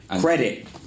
Credit